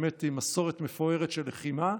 באמת עם מסורת מפוארת של לחימה,